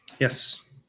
Yes